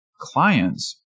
clients